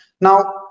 Now